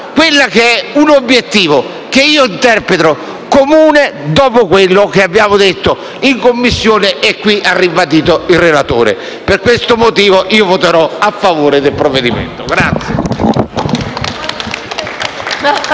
meglio un obiettivo che io interpreto come comune dopo quello che abbiamo detto in Commissione e che qui ha ribadito il relatore. Per questo motivo io voterò a favore del provvedimento.